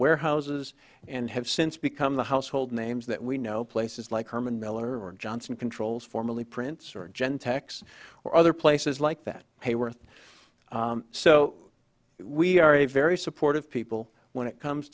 warehouses and have since become the household names that we know places like herman miller and johnson controls formerly prince or gentex or other places like that hayworth so we are a very supportive people when it comes